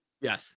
yes